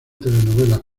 telenovelas